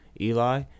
Eli